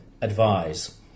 advise